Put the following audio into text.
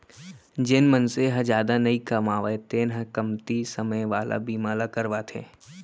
जेन मनसे ह जादा नइ कमावय तेन ह कमती समे वाला बीमा ल करवाथे